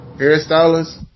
hairstylists